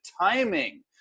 timing